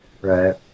right